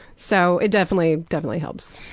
so it definitely, definitely helps.